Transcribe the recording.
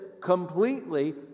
completely